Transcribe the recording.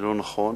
לא נכון,